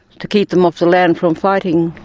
to keep them off the land from fighting,